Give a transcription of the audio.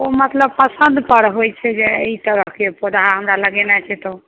मतलब पसन्द पर होइत छै जे एहि तरहके पेड़ पौधा हमरा लगेनाइ छै तऽ